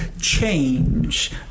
change